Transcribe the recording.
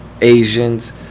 Asians